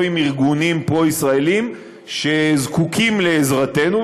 עם ארגונים פרו-ישראליים שזקוקים לעזרתנו,